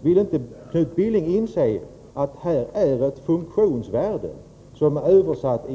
Vill inte Knut Billing inse att det finns ett funktionsvärde i detta fall?